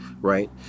right